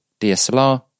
DSLR